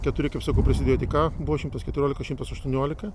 keturi kaip sakau prisidėjo tik ką buvo šimtas keturiolika šimtas aštuoniolika